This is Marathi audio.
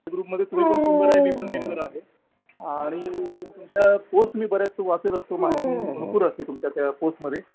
त्या ग्रुपमध्ये तुम्ही पण मेंबर आहे मी पण मेंबर आहे आणि तुमच्या पोस्ट मी बऱ्याच वाचत असतो माहिती भरपूर असते तुमच्या त्या पोस्टमध्ये